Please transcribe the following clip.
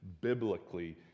biblically